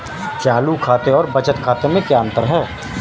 चालू खाते और बचत खाते में क्या अंतर है?